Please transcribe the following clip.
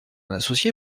associé